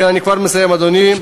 כן, אני כבר מסיים, אדוני.